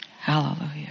Hallelujah